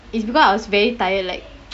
is because I was very tired like